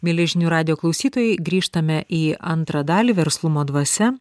mieli žinių radijo klausytojai grįžtame į antrą dalį verslumo dvasia